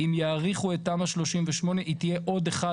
אם יאריכו את תמ"א 38 היא תהיה עוד אחד